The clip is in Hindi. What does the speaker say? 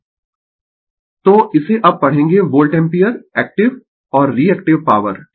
Refer Slide Time 1619 तो इसे अब पढ़ेंगें वोल्ट एम्पीयर एक्टिव और रीएक्टिव पॉवर ठीक है